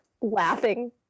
laughing